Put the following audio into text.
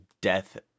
death